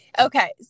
Okay